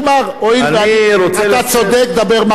אתה צודק, דבר מה שאתה רוצה.